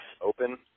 open